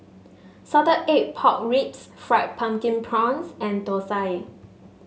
Salted Egg Pork Ribs Fried Pumpkin Prawns and Thosai